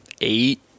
eight